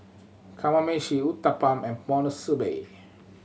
Kamameshi Uthapam and Monsunabe